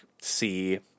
see